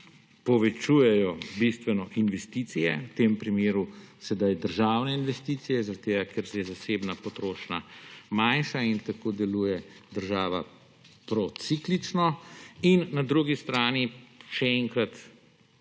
povečujejo investicije, v tem primeru sedaj državne investicije, zaradi tega ker je zasebna potrošnja manjša in tako deluje država prociklično. In na drugi strani še enkrat